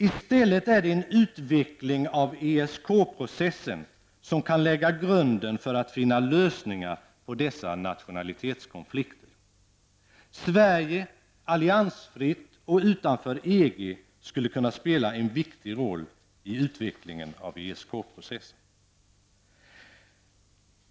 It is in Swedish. I stället är det en utveckling av ESK-processen som kan lägga grunden för lösningar på dessa nationalitetskonflikter. Sverige -- alliansfritt och utanför EG -- skulle kunna spela en viktig roll i utvecklingen av ESK-processen.